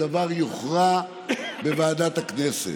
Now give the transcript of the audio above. הדבר יוכרע בוועדת הכנסת.